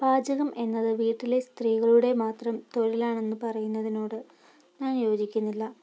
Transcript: പാചകം എന്നത് വീട്ടിലെ സ്ത്രീകളുടെ മാത്രം തൊഴിലാണെന്ന് പറയുന്നതിനോട് ഞാൻ യോജിക്കുന്നില്ല